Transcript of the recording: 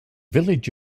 village